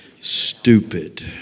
stupid